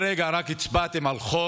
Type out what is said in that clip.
אז תודה רבה, ואנחנו נשמח בהצבעה שלכם על חוק